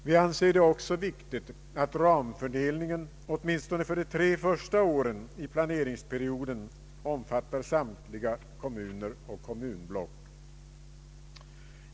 Vi anser det också viktigt att ramfördelningen, åtminstone för de tre första åren i planeringsperioden omfattar samtliga kommuner och kommunblock.